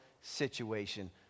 situation